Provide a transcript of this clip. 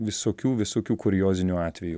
visokių visokių kuriozinių atvejų